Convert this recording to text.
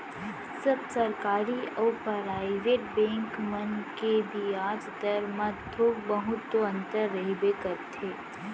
सब सरकारी अउ private bank मन के बियाज दर म थोक बहुत तो अंतर रहिबे करथे